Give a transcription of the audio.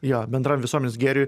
jo bendram visuomenės gėriui